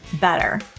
better